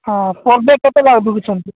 ହଁ per day କେତେ ଲେଖା ବିକୁଛନ୍ତି